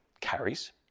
carries